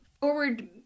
forward